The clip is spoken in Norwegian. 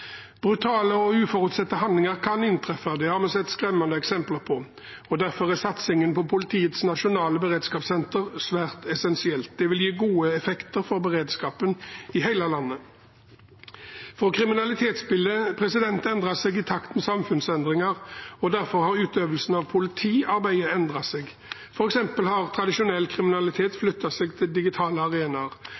Brutale og uforutsette hendelser kan inntreffe. Det har vi sett skremmende eksempler på. Derfor er satsingen på politiets nasjonale beredskapssenter svært essensiell. Det vil gi gode effekter for beredskapen i hele landet. Kriminalitetsbildet endrer seg i takt med samfunnsendringer, og derfor har utøvelsen av politiarbeidet endret seg. For eksempel har tradisjonell kriminalitet flyttet seg til digitale arenaer,